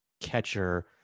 catcher